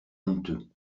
honteux